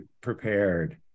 prepared